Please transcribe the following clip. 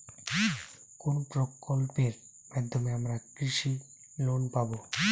কোন প্রকল্পের মাধ্যমে আমরা কৃষি লোন পাবো?